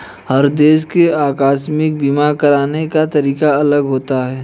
हर देश के आकस्मिक बीमा कराने का तरीका अलग होता है